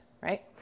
right